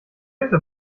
hilfe